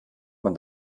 man